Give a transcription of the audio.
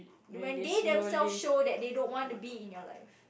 when they themselves show that they don't want to be in your life